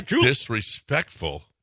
disrespectful